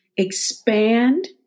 expand